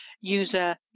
user